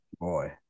boy